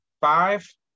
five